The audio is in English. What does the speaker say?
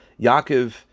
Yaakov